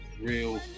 real